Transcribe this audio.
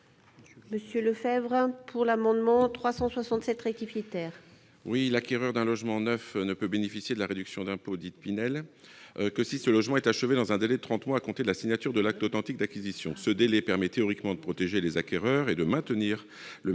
ainsi libellé : La parole est à M. Antoine Lefèvre. L'acquéreur d'un logement neuf ne peut bénéficier de la réduction d'impôt dite « Pinel » que si ce logement est achevé dans un délai de trente mois à compter de la signature de l'acte authentique d'acquisition. Ce délai permet théoriquement de protéger les acquéreurs et de maintenir le maître